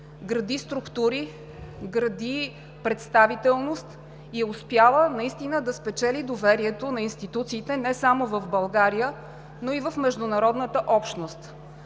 гради структури, гради представителност и е успяла наистина да спечели доверието на институциите не само в България, но и в международната общност,